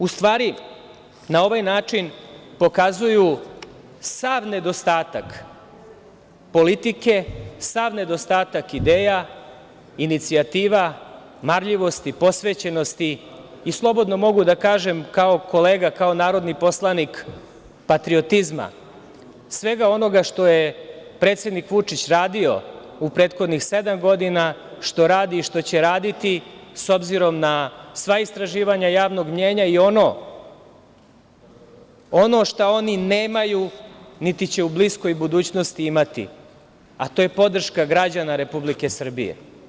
U stvari na ovaj način pokazuju sav nedostatak politike, sav nedostatak ideja, inicijativa, marljivosti, posvećenosti i slobodno mogu da kažem kao kolega, kao narodni poslanik, patriotizma, svega onoga što je predsednik Vučić radio u prethodnih sedam godina, što radi i što će raditi s obzirom na sva istraživanja javnog mnjenja i ono šta oni nemaju, niti će u bliskoj budućnosti imati, a to je podrška građana Republike Srbije.